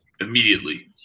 immediately